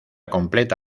completa